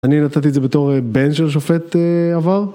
אני נתתי את זה בתור בן של שופט עבר